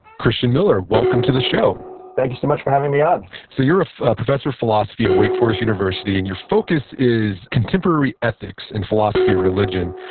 christian miller, welcome to the show thank you so much for having me on so, you're a professor of philosophy at wake forest university, and your focus is contemporary ethics and philosophy of religion.